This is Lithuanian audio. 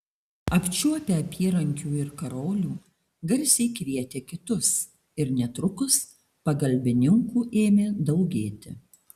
apčiuopę apyrankių ir karolių garsiai kvietė kitus ir netrukus pagalbininkų ėmė daugėti